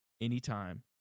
anytime